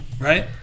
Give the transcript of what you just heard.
Right